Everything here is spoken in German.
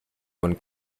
von